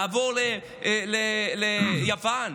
לעבור ליוון?